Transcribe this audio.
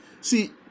See